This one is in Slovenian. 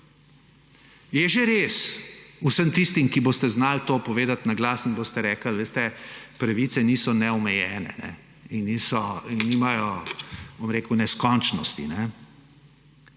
Je že res, vsem tistim, ki boste znali to povedati naglas in boste rekli – veste, pravice niso neomejene in nimajo neskončnosti.